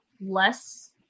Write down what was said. less